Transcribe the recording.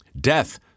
Death